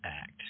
Act